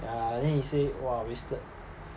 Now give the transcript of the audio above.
yeah lah and then he say !wah! wasted